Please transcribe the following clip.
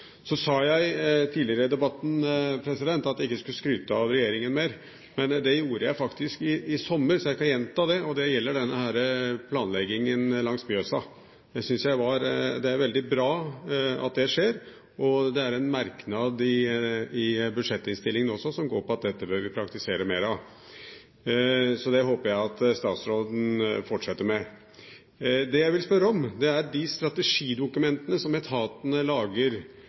så veldig åpenbar samordning. Flere ganger har vi etterlyst muligheten for noen scenarioer, altså se transportbærerne opp mot hverandre og foreta en avveining i et mer beslutningsteoretisk perspektiv. Det har vi ikke fått til ennå. Tidligere i debatten sa jeg at jeg ikke skulle skryte av regjeringen mer. Det gjorde jeg faktisk i sommer, og jeg kan gjenta det. Det gjelder planleggingen langs Mjøsa. Det er veldig bra at det skjer. Det er en merknad i budsjettinnstillingen også som går på at dette bør vi praktisere mer av. Så det håper jeg at statsråden fortsetter med.